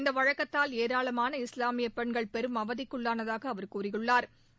இந்த வழக்கத்தால் ஏராளமான இஸ்லாமிய பெண்கள் பெரும் அவதிக்குள்ளானதாக அவர் கூறியுள்ளா்